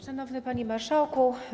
Szanowny Panie Marszałku!